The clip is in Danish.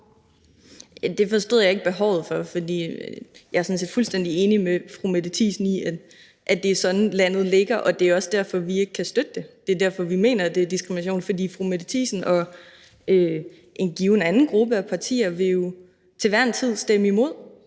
Det forstod jeg ikke behovet for, for jeg er sådan set fuldstændig enig med fru Mette Thiesen i, at det er sådan, landet ligger, og det er også derfor, at vi ikke kan støtte det. Det er derfor, vi mener, at det er diskrimination, for fru Mette Thiesen og en given anden gruppe af partier vil jo til hver en tid stemme imod,